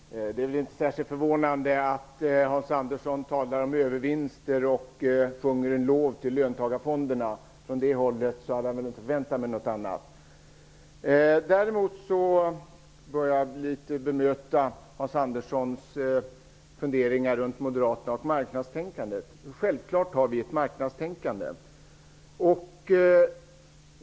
Herr talman! Det är inte särskilt förvånande att Hans Andersson talar om övervinster och sjunger löntagarfondernas lov. Från det hållet hade jag inte förväntat mig något annat. Däremot bör jag bemöta Hans Anderssons funderingar runt Moderaterna och marknadstänkandet. Självfallet har vi ett marknadstänkande.